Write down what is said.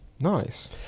Nice